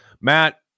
matt